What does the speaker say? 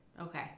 Okay